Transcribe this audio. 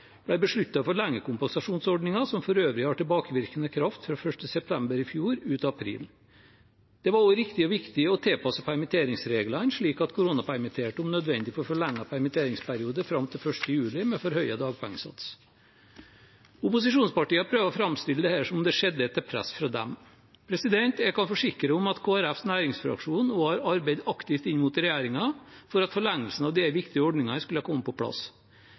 som for øvrig har tilbakevirkende kraft fra 1. september i fjor og ut april. Det var også riktig og viktig å tilpasse permitteringsreglene slik at koronapermitterte om nødvendig får forlenget permitteringsperiode fram til 1. juli med forhøyet dagpengesats. Opposisjonspartiene prøver å framstille dette som om det skjedde etter press fra dem. Jeg kan forsikre om at Kristelig Folkepartis næringsfraksjon også har arbeidet aktivt inn mot regjeringen for at forlengelsen av disse viktige ordningene skulle komme på plass.